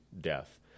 death